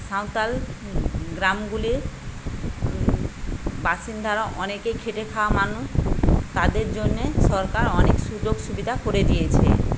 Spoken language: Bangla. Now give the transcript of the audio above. সাঁওতাল গ্রামগুলির বাসিন্দারা অনেকেই খেটে খাওয়া মানুষ তাদের জন্য সরকার অনেক সুযোগ সুবিধা করে দিয়েছে